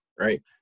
right